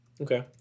Okay